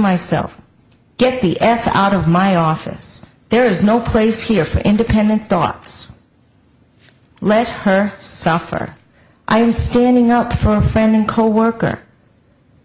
myself get the f out of my office there is no place here for independent thoughts let her suffer i am standing up for a friend coworker